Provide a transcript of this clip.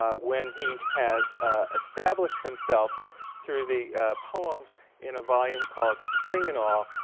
ah when he has established himself through the poems in a volume called spring and all,